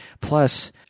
Plus